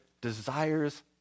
desires